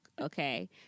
okay